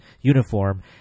uniform